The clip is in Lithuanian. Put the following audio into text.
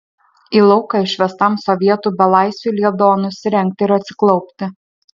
į lauką išvestam sovietų belaisviui liepdavo nusirengti ir atsiklaupti